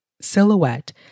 silhouette